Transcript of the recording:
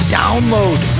download